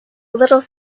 little